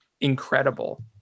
incredible